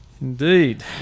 Indeed